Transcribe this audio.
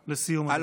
לסיום, אדוני.